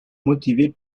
motivés